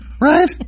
Right